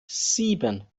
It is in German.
sieben